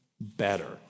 better